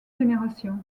générations